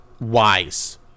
Wise